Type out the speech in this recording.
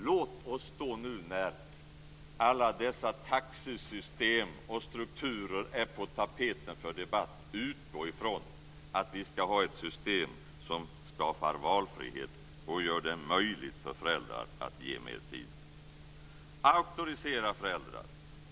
Låt oss då, nu när alla dessa taxesystem och strukturer är på tapeten för debatt, utgå ifrån att vi ska ha ett system som skapar valfrihet och gör det möjligt för föräldrar att ge mer tid. Auktorisera föräldrar.